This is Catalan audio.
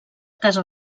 casa